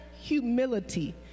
humility